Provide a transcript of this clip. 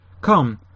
Come